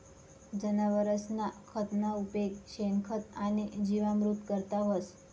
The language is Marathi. जनावरसना खतना उपेग शेणखत आणि जीवामृत करता व्हस